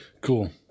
Cool